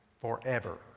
forever